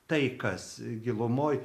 tai kas gilumoj